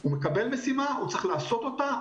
הוא מקבל משימה הוא צריך לעשות אותה,